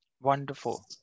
Wonderful